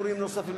גורים נוספים,